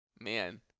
man